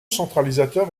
centralisateur